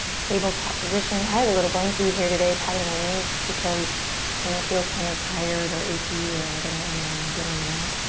tabletop position. i have a little blanky here today padding my knees just because when i feel kind of tired or achy or like i don't really want to get on the mat,